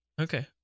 Okay